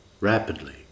rapidly